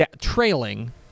trailing